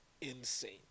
insane